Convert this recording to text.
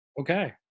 Okay